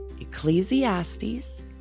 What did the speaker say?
Ecclesiastes